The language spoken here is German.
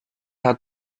hat